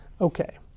Okay